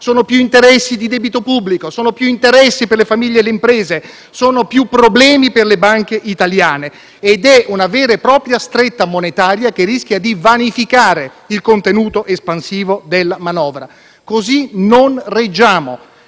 più interessi di debito pubblico, più interessi per le famiglie e le imprese, più problemi per le banche italiane. È una vera e propria stretta monetaria, che rischia di vanificare il contenuto espansivo della manovra. Così non reggiamo.